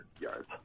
yards